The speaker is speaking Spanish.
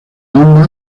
ondas